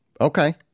Okay